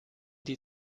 die